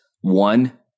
one